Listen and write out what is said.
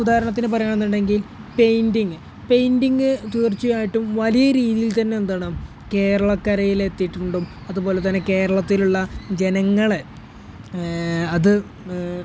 ഉദാഹരണത്തിന് പറയുകയാണെന്നുണ്ടെങ്കിൽ painting painting തീർച്ചയായിട്ടും വലിയ രീതിയിൽ തന്നെ എന്താണ് കേരളക്കരയിലെത്തിയിട്ടുണ്ട് അതുപോലെതന്നെ കേരളത്തിലുള്ള ജനങ്ങളെ അത്